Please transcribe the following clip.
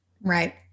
Right